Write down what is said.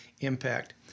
impact